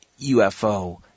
UFO